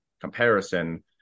comparison